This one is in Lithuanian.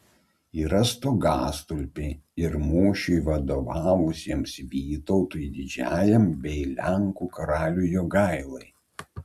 yra stogastulpiai ir mūšiui vadovavusiems vytautui didžiajam bei lenkų karaliui jogailai